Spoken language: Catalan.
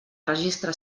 registre